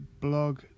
blog